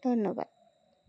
ধন্যবাদ